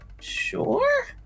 Sure